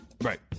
right